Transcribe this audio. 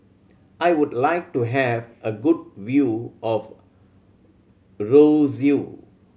I would like to have a good view of Roseau